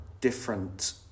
different